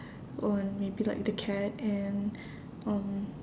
on maybe like the cat and um